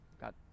got